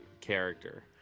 character